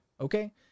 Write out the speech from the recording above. Okay